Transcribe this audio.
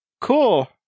Cool